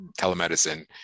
telemedicine